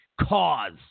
cause